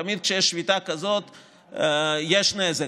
תמיד כשיש שביתה כזאת יש נזק,